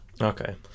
Okay